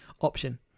option